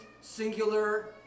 singular